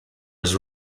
his